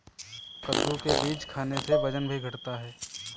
कद्दू के बीज खाने से वजन भी घटता है